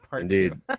Indeed